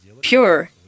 pure